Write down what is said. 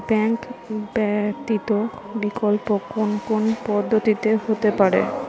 Bank ব্যতীত বিকল্প কোন কোন পদ্ধতিতে হতে পারে?